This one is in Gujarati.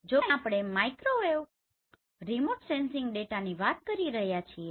જોકે અહીં આપણે માઇક્રોવેવ રિમોટ સેન્સિંગ ડેટાની વાત કરી રહ્યા છીએ